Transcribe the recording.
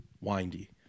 Windy